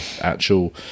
actual